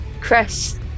Chris